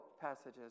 passages